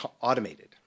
automated